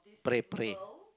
pray pray